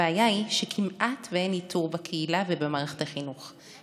הבעיה היא שכמעט אין איתור בקהילה ובמערכת החינוך,